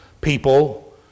people